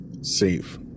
Safe